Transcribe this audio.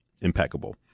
impeccable